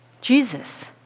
Jesus